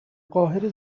قاهره